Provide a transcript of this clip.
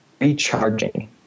recharging